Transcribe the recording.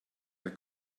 der